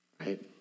Right